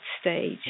stage